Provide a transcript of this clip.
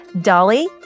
Dolly